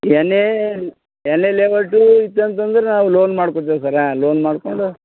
N ಎ ಎನ್ ಎ ಲೊವೊಟು ಇತ್ತಂತಂದ್ರೆ ನಾವು ಲೋನ್ ಮಾಡ್ಕೋತೇವೆ ಸರ ಲೋನ್ ಮಾಡಿಕೊಂಡು